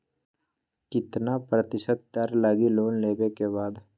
कितना प्रतिशत दर लगी लोन लेबे के बाद?